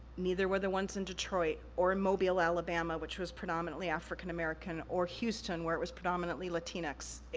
neither were the ones in detroit, or in mobile, alabama, which was predominately african american, or houston, where it was predominately latinas.